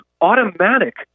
automatic